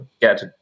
get